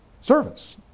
service